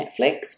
Netflix